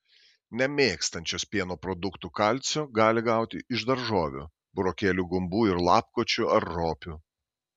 nemėgstančios pieno produktų kalcio gali gauti iš daržovių burokėlių gumbų ir lapkočių ar ropių